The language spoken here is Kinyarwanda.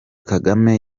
kagame